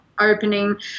opening